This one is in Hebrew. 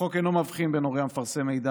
החוק אינו מבחין בין הורה המפרסם מידע